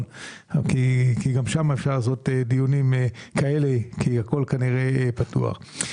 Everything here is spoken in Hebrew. כי גם שם אפשר לקיים דיונים כאלה כי הכול כנראה פתוח.